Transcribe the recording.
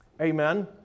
Amen